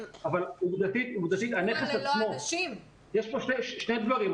יש פה שני דברים.